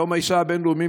ביום האישה הבין-לאומי,